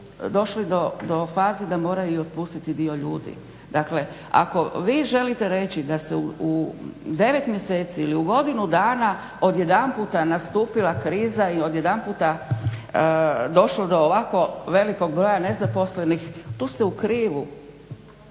došli do faze da moraju otpustiti dio ljudi. Dakle, ako vi želite reći da se u 9 mjeseci ili u godinu dana odjedanput je nastupila kriza i odjedanput došlo do ovako velikog broja nezaposlenih tu ste u krivu.